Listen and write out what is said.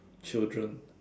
children